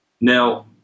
Now